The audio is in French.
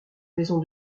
maison